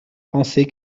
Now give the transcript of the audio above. pensée